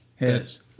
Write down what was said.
Yes